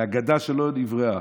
זו אגדה שלא נבראה.